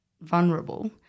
vulnerable